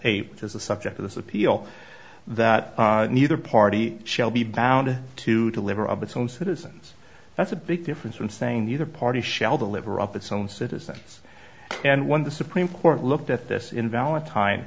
eight which is the subject of this appeal that neither party shall be bound to deliver of its own citizens that's a big difference from saying neither party shall deliver up its own citizens and when the supreme court looked at this in valentine